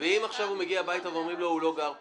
ואם הוא מגיע הביתה ואומרים לו, הוא לא גר פה?